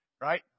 Right